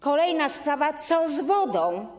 Kolejna sprawa: Co z wodą?